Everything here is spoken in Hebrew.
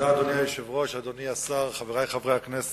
אדוני היושב-ראש, אדוני השר, חברי חברי הכנסת,